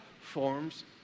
forms